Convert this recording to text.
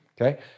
okay